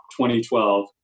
2012